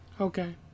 Okay